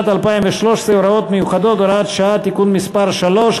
2013 (הוראות מיוחדות) (הוראת שעה) (תיקון מס' 3),